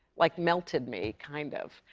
like, melted me, kind of.